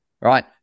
right